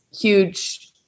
huge